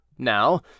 Now